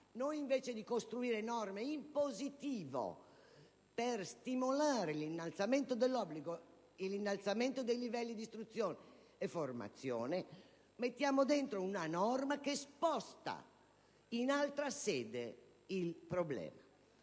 noi, invece di introdurre norme in positivo per stimolare l'innalzamento dell'obbligo e dei livelli di istruzione e di formazione, introduciamo una norma che sposta in altra sede il problema.